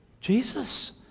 Jesus